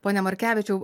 pone markevičiau